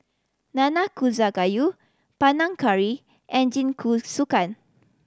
Nanakusa Gayu Panang Curry and Jingisukan